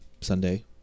Sunday